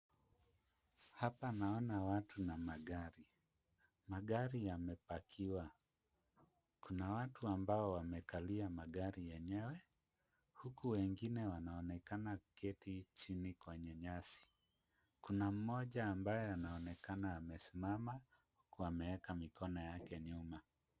Hapa naona watu na magari. Magari yamepakiwa. Kuna watu ambao wamekalia magari yenyewe, huku wengine wanaonekana kuketi chini kwenye nyasi. Kuna mmoja ambaye anaonekana amesimama, huku ameeka mikono yake nyuma.